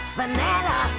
vanilla